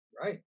Right